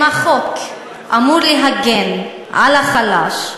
אם החוק אמור להגן על החלש,